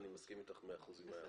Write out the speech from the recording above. אני מסכים אתך במאה אחוזים.